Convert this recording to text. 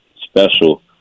special